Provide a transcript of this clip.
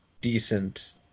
decent